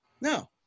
No